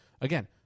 again